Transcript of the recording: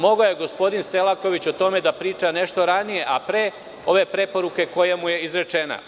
Mogao je gospodin Selaković o tome da priča nešto ranije, a pre ove preporuke koja mu je izrečena.